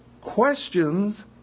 questions